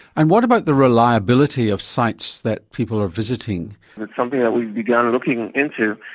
and what about the reliability of sites that people are visiting? it's something that we've begun looking into.